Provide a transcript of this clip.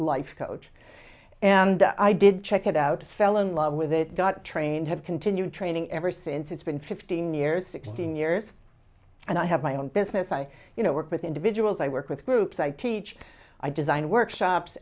life coach and i did check it out fell in love with it got trained have continued training ever since it's been fifteen years sixteen years and i have my own business i you know work with individuals i work with groups i teach i design workshops